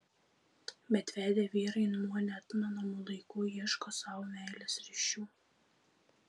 bet vedę vyrai nuo neatmenamų laikų ieško sau meilės ryšių